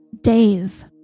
days